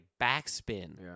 backspin